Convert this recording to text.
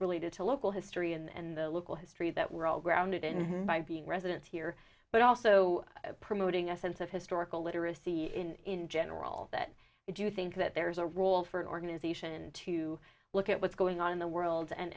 related to local history and the local history that we're all grounded in by being resident here but also promoting a sense of historical literacy in general that if you think that there's a role for an organization to look at what's going on in the world and